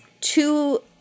two